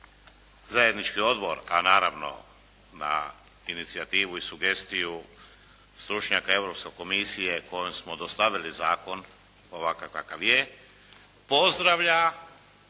Zajednički odbor, a naravno na inicijativu i sugestiju stručnjaka Europske komisije kojem smo dostavili zakon ovakav kakav je pozdravlja